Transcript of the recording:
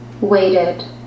waited